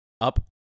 up